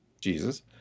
Jesus